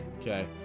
Okay